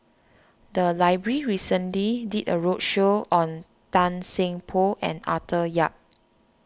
the library recently did a roadshow on Tan Seng Poh and Arthur Yap